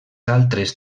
altres